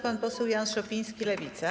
Pan poseł Jan Szopiński, Lewica.